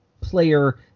player